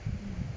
hmm